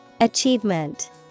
Achievement